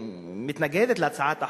שמתנגדת להצעת החוק,